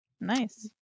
Nice